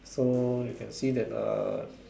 so you can see that uh